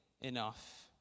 enough